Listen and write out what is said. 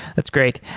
that's great.